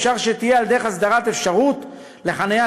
אפשר שתהיה על דרך הסדרת אפשרות לחניית